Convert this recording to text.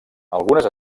algunes